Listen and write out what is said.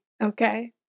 Okay